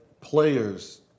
players